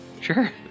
sure